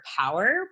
power